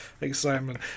excitement